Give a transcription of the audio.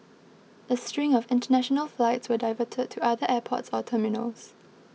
a string of international flights were diverted to other airports or terminals